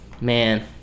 Man